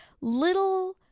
little